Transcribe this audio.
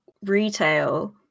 retail